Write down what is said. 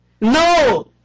No